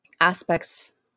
aspects